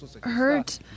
hurt